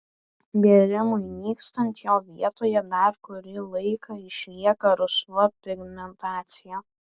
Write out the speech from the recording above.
bėrimui nykstant jo vietoje dar kurį laiką išlieka rusva pigmentacija